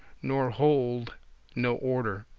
nor hold no order.